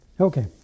Okay